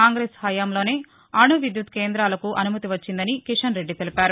కాంగ్రెస్ హయాంలోనే అణు విద్యుత్ కేంద్రాలకు అనుమతి వచ్చిందని కిషన్రెడ్డి తెలిపారు